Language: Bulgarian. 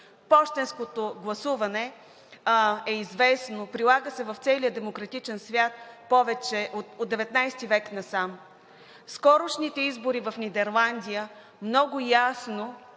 Пощенското гласуване е известно, прилага се в целия демократичен свят от XIX век насам. Скорошните избори в Нидерландия много ясно